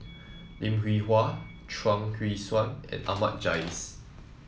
Lim Hwee Hua Chuang Hui Tsuan and Ahmad Jais